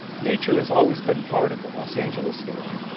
nature has always been part of the los angeles story,